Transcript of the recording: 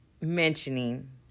mentioning